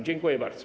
Dziękuję bardzo.